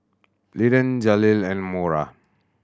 Linden Jaleel and Mora